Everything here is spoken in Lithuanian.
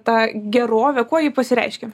ta gerovė kuo ji pasireiškia